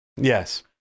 Yes